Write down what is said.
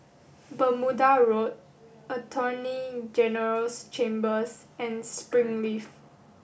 Bermuda Road Attorney General's Chambers and Springleaf